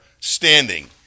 standing